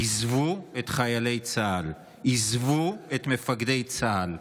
עזבו את חיילי צה"ל, עזבו את מפקדי צה"ל.